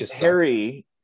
Harry